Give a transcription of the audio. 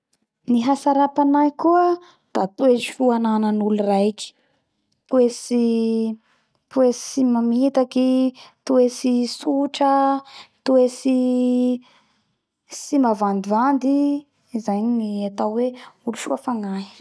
Ny hatsarampanahy koa da toe po anananolo raiky toetsy toetsy tsy mamitaky i tsoetsy tsotra toetsy tsy mavandivandy zay gnatao hoe hasoapagnahy